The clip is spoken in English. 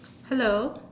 hello